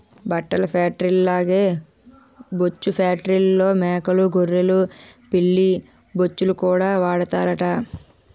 బట్టల ఫేట్రీల్లాగే బొచ్చు ఫేట్రీల్లో మేకలూ గొర్రెలు పిల్లి బొచ్చుకూడా వాడతారట